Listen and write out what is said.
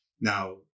Now